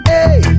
Hey